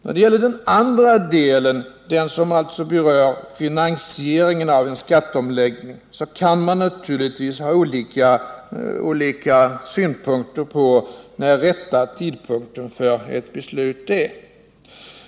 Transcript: När det gäller finansieringen av en skatteomläggning kan man naturligtvis haolika synpunkter på vad som är den rätta tidpunkten för ett beslut.